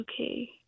Okay